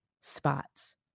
spots